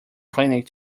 clinic